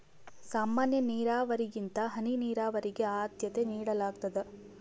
ಸಾಮಾನ್ಯ ನೇರಾವರಿಗಿಂತ ಹನಿ ನೇರಾವರಿಗೆ ಆದ್ಯತೆ ನೇಡಲಾಗ್ತದ